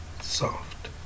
soft